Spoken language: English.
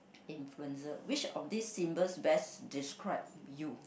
influencer which of these symbols best describe you